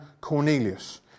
Cornelius